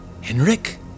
Henrik